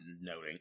noting